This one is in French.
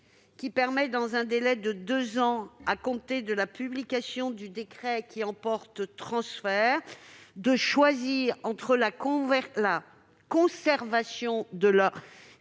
lui permet, dans un délai de deux ans à compter de la publication du décret qui emporte transfert, de choisir entre la conservation de son